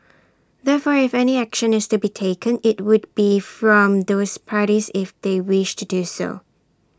therefore if any action is to be taken IT would be from those parties if they wish to do so